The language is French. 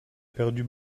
perdu